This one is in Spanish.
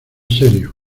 serio